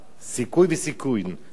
סיכוי וסיכון,